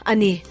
Ani